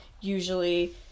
usually